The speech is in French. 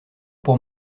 pour